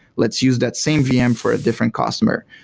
let's use that same vm for a different customer.